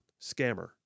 scammer